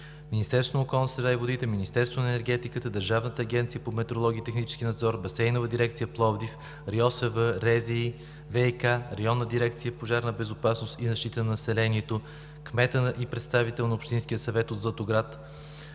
Министерството на околната среда и водите, Министерството на енергетиката, Държавната агенция по метрология и технически надзор, Басейнова дирекция – Пловдив, РИОСВ, РЗИ, ВиК, Районна дирекция „Пожарна безопасност и защита на населението“, кмета и представител на Общинския съвет от Златоград,